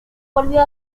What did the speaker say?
volvió